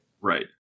Right